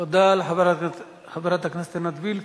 תודה לחברת הכנסת עינת וילף.